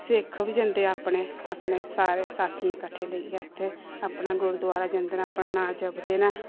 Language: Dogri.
सिक्ख बी जंदे अपने अपने सारे साथियें गी किट्ठे लेइयै ते अपने गुरुद्वारा जंदे न अपना नांऽ जपदे न